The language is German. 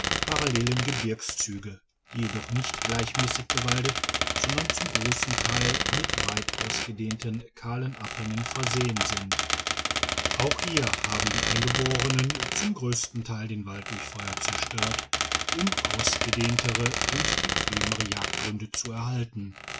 parallelen gebirgszüge die jedoch nicht gleichmässig bewaldet sondern zum grossen teil mit weit ausgedehnten kahlen abhängen versehen sind auch hier haben die eingeborenen zum grössten teil den wald durch feuer zerstört um ausgedehntere und bequedigitized by google mere jagdgründe zu erhalten